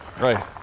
Right